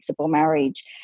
marriage